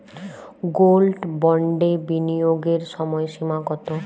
Gold বন্ডে বিনিয়োগের সময়সীমা কতো?